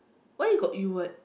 why you got you would